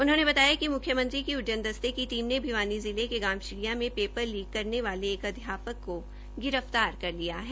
उन्होंने बताया कि मुख्यमंत्री की उड़यन दस्ते की टीम ने भिवानी जिले के गांव चिडिय़ा में पेपर लीक करने वाले एक अध्यापक को गिरफ्तार कर लिया है